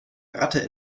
ratte